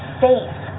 safe